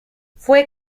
fue